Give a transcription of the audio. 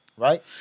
Right